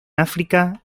áfrica